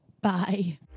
bye